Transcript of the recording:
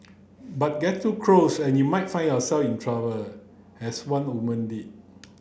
but get too close and you might find yourself in trouble as one woman did